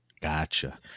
Gotcha